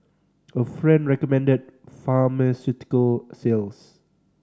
a friend recommended pharmaceutical sales